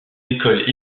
écoles